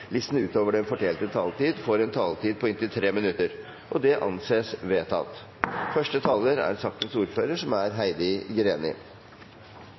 utover den fordelte taletid, får en taletid på inntil 3 minutter. – Det anses vedtatt.